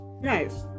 nice